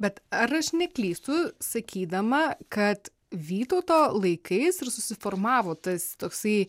bet ar aš neklystu sakydama kad vytauto laikais ir susiformavo tas toksai